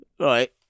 Right